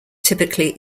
typically